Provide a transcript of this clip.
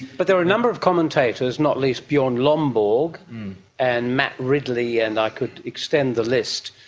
but there are a number of commentators, not least bjorn lomborg and matt ridley and i could extend the list,